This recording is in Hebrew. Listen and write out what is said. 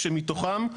כשמתוכם,